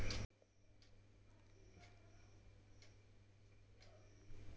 Covid एकोणीस मुळे seafood उद्योग बंद झाल्याने बदकांच्या उत्पादनात घट झाली आहे